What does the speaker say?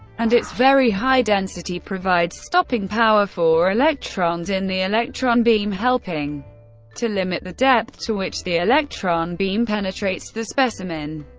and its very high density provides stopping power for electrons in the electron beam, helping to limit the depth to which the electron beam penetrates the specimen.